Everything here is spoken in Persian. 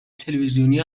تلویزیونی